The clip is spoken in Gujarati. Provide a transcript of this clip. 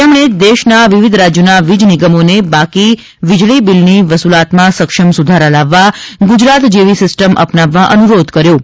તેમણે દેશના વિવિધ રાજયોના વીજ નિગમોને બાકી વીજળી બિલની વસુલાતમાં સક્ષમ સુધારા લાવવા ગુજરાત જેવી સીસ્ટમ અપનાવવા અનુરોધ કર્યો હતો